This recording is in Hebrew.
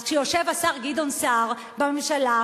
אז כשיושב השר גדעון סער בממשלה,